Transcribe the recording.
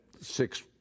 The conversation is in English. six